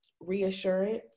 reassurance